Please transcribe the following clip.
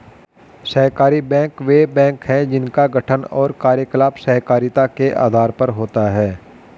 सहकारी बैंक वे बैंक हैं जिनका गठन और कार्यकलाप सहकारिता के आधार पर होता है